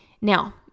Now